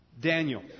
Daniel